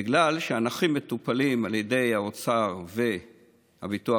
בגלל שהנכים מטופלים על ידי האוצר והביטוח